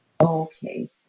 Okay